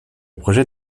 projet